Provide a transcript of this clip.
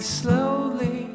slowly